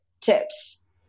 tips